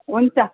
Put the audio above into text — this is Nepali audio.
हुन्छ